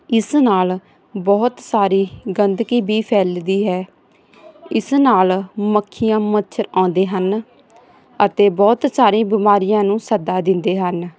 ਇਸ ਨਾਲ ਬਹੁਤ ਸਾਰੀ ਗੰਦਗੀ ਵੀ ਫੈਲਦੀ ਹੈ ਇਸ ਨਾਲ ਮੱਖੀਆਂ ਮੱਛਰ ਆਉਂਦੇ ਹਨ ਅਤੇ ਬਹੁਤ ਸਾਰੀ ਬਿਮਾਰੀਆਂ ਨੂੰ ਸੱਦਾ ਦਿੰਦੇ ਹਨ